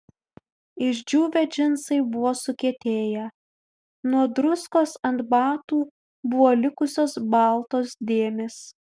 išdžiūvę džinsai buvo sukietėję nuo druskos ant batų buvo likusios baltos dėmės